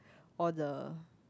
all the